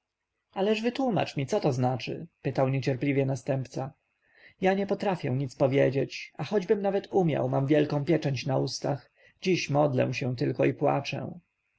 ależ wytłomacz mi co to znaczy pytał niecierpliwie następca ja nie potrafię nic powiedzieć a choćbym nawet umiał mam wielką pieczęć na ustach dziś modlę się tylko i płaczę